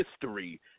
history